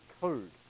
code